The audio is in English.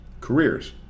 careers